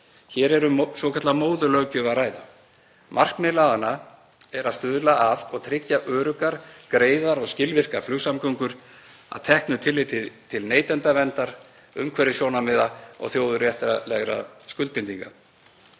Hér er um svokallaða móðurlöggjöf að ræða. Markmið laganna er að stuðla að og tryggja öruggar, greiðar og skilvirkar flugsamgöngur að teknu tilliti til neytendaverndar, umhverfissjónarmiða og þjóðréttarlegra skuldbindinga.